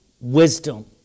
wisdom